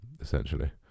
essentially